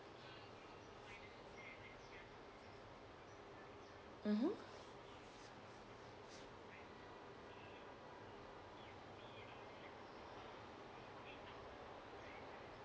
mmhmm